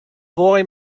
boy